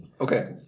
Okay